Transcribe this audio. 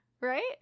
right